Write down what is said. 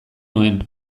nuen